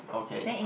okay